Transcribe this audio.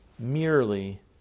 Merely